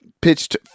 pitched